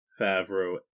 Favreau